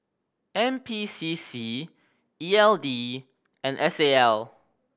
N P C C E L D and S A L